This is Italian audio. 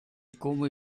come